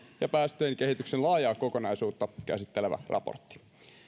ja päästöjen kehityksen laajaa kokonaisuutta käsittelevä raportti